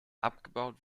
abgebaut